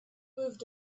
moved